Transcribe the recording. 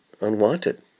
unwanted